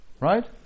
right